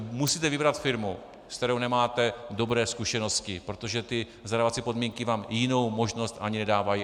Musíte vybrat firmu, se kterou nemáte dobré zkušenosti, protože zadávací podmínky vám jinou možnost ani nedávají.